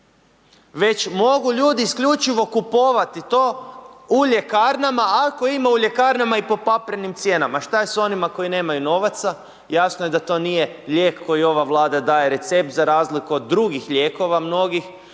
Već mogu ljudi isključivo kupovati to u ljekarnama, ako ima u ljekarnama i po paprenim cijenama, šta je s onima koji nemaju novaca, jasno je da to nije lijek koji ova Vlada daje recept za razliku od drugih lijekova mnogih